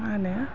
मा होनो